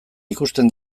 ikusten